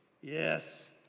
Yes